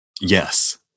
Yes